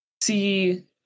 see